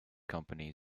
company